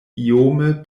iome